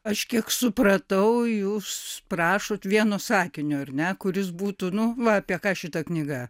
aš kiek supratau jūs prašot vieno sakinio ar ne kuris būtų nu va apie ką šita knyga